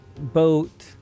boat